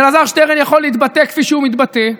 אז אלעזר שטרן יכול להתבטא כפי שהוא מתבטא,